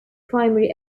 primary